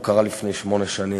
הוא קרה לפני שמונה שנים.